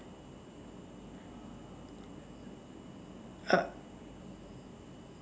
uh